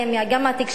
גם התקשורת,